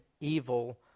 evil